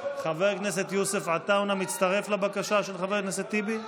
חבר הכנסת יוסף עטאונה מצטרף לבקשה של חבר הכנסת טיבי?